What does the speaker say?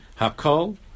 Hakol